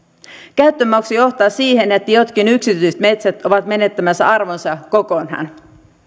käyttömaksu johtaa siihen että jotkin yksityiset metsät ovat menettämässä arvonsa kokonaan